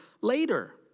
later